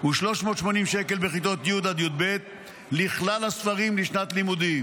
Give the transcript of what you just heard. ו-380 שקל בכיתות י' עד י"ב לכלל הספרים לשנת לימודים,